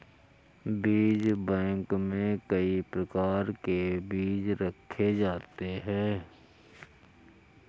बीज बैंक में कई प्रकार के बीज रखे जाते हैं